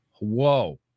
Whoa